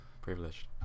privileged